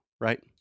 right